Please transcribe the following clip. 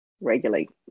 regulate